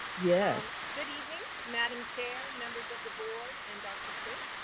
yes. good evening, madam chair, members of the board, and dr. fritz.